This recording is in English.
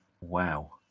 Wow